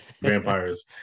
Vampires